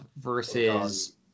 versus